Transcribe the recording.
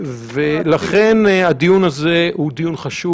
לכן הדיון זה הוא דיון חשוב.